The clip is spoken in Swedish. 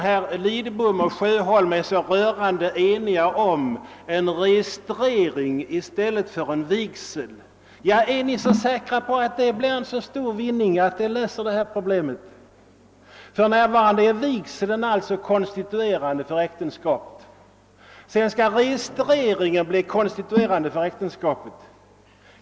Herr Lidbom och herr Sjöholm är rörande eniga om att frågan kan lösas genom att registrering ersätter vigsel. Är ni säkra på att det blir en så stor vinning med detta? Kommer ett sådant arrangemang att lösa problemet vi diskuterar? För närvarande är vigsel konstituerande för äktenskapet. Sedan skall registreringen bli det.